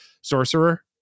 sorcerer